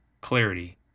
clarity